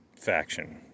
faction